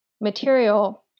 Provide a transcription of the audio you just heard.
material